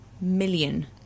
million